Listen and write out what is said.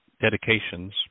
dedications